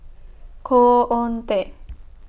Khoo Oon Teik